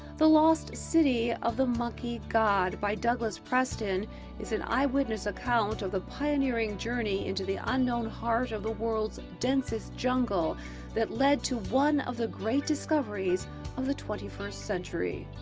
the lost city of the monkey god by douglas preston is an eyewitness account of the pioneering journey into the unknown heart of the world's densest jungle that led to one of the great discoveries of the twenty first century.